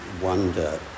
wonder